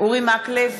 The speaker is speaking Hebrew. אורי מקלב,